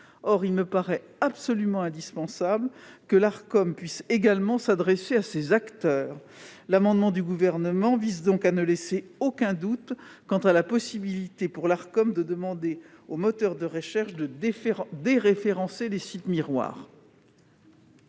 Or il me paraît absolument indispensable que l'Arcom puisse également s'adresser à ces acteurs. L'amendement du Gouvernement vise donc à ne laisser aucun doute quant à la possibilité pour cette autorité de demander aux moteurs de recherche de déréférencer les sites miroirs.